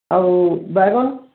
ଆଉ ବାଇଗନ୍